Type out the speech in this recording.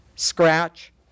scratch